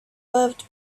loved